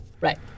Right